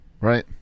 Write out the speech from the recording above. right